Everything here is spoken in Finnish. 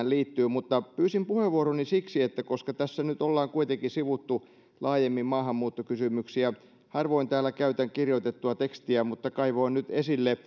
liittyy mutta pyysin puheenvuoroni siksi että koska tässä nyt ollaan kuitenkin sivuttu laajemmin maahanmuuttokysymyksiä harvoin täällä käytän kirjoitettua tekstiä mutta kaivoin nyt esille